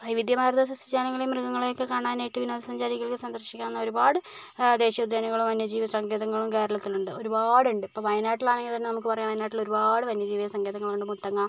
വൈവിധ്യമാർന്ന സസ്യജാലങ്ങളെയും മൃഗങ്ങളെയും ഒക്കെ കാണാനായിട്ട് വിനോദസഞ്ചാരികൾക്ക് സന്ദർശിക്കാവുന്ന ഒരുപാട് ദേശീയ ഉദ്യാനങ്ങളും വന്യജീവി സങ്കേതങ്ങളും കേരളത്തിലുണ്ട് ഒരുപാട് ഉണ്ട് ഇപ്പോൾ വയനാട്ടിൽ ആണെങ്കിൽ തന്നെ നമുക്ക് പറയാം വയനാട്ടിൽ ഒരുപാട് വന്യജീവി സങ്കേതങ്ങളുണ്ട് മുത്തങ്ങ